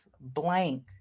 blank